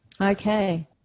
Okay